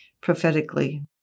prophetically